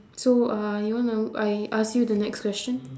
so uh you wanna I ask you the next question